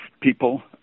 people